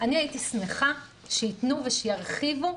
אני הייתי שמחה שיתנו ושירחיבו,